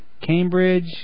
Cambridge